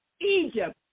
Egypt